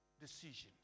decisions